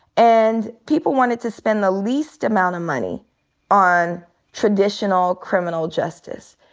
and people wanted to spend the least amount of money on traditional criminal justice.